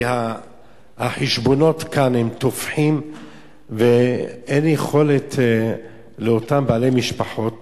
החשבונות כאן תופחים ואין יכולת לאותם בעלי משפחות